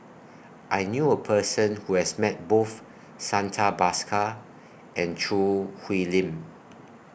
I knew A Person Who has Met Both Santha Bhaskar and Choo Hwee Lim